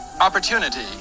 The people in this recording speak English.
opportunity